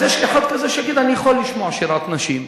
אז יש אחד כזה שיגיד: אני יכול לשמוע שירת נשים.